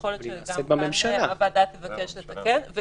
יכול להיות שגם כאן הוועדה תבקש לתקן.